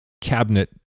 cabinet